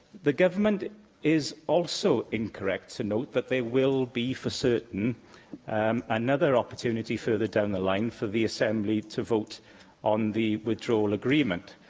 the government is also incorrect to note that there will be for certain um another opportunity further down the line for the assembly to vote on the withdrawal agreement.